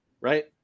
right